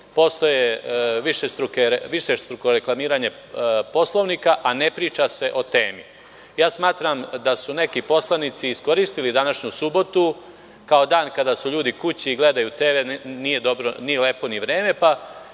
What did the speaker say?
Postoji višestruko reklamiranje Poslovnika, a ne priča se o temi. Smatram da su neki poslanici iskoristili današnju subotu kao dan kada su ljudi kući i gledaju TV, nije ni lepo vreme, pa